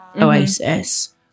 Oasis